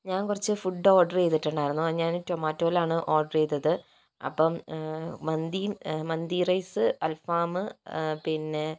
ഞാൻ കുറച്ച് food order ചെയ്തിട്ടുണ്ടായിയുന്നു അത് ഞാൻ റ്റൊമാറ്റോയിലാണ് ഓർഡർ ചെയ്തത് അപ്പോൾ മന്തിയും മന്തി റൈസ് അല്ഫാമ് പിന്നെ